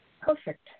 perfect